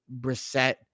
Brissette